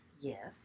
yes